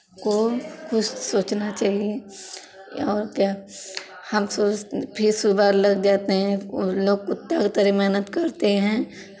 को कुछ सोचना चाहिये और क्या हम सोच फिर सुबह लग जाते हैं लोग कुत्तों की तरह मेहनत करते हैं